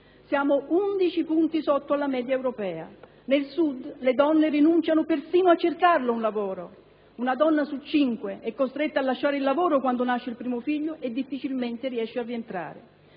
Siamo 11 punti sotto la media europea. Nel Sud le donne rinunciano persino a cercarlo, un lavoro. Una donna su cinque è costretta a lasciare il lavoro quando nasce il primo figlio e difficilmente riesce a rientrare.